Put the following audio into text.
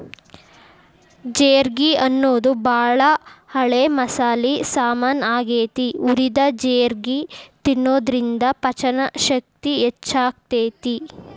ಜೇರ್ಗಿ ಅನ್ನೋದು ಬಾಳ ಹಳೆ ಮಸಾಲಿ ಸಾಮಾನ್ ಆಗೇತಿ, ಹುರಿದ ಜೇರ್ಗಿ ತಿನ್ನೋದ್ರಿಂದ ಪಚನಶಕ್ತಿ ಹೆಚ್ಚಾಗ್ತೇತಿ